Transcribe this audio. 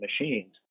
machines